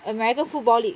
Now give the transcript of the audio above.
american football league